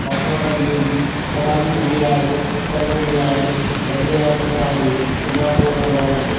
महात्मा गांधीअ जी समाधी घुमी आयासीं सभु घुमी आयासीं वरी वियासीं असां ओॾे इन खां पोइ असां वियासीं ओॾे